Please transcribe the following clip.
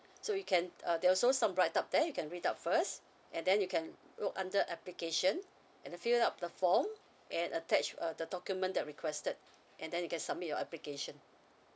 so you can uh there're also some write up there you can read out first and then you can look under application and then fill up the form and attach uh the document that requested and then you can submit your application